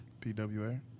PWA